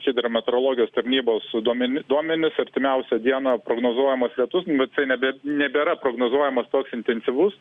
hidrometeorologijos tarnybos duomeni duomenis artimiausią dieną prognozuojamas lietus bet jisai ne nebėra prognozuojamas toks intensyvus